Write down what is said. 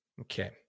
Okay